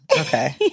Okay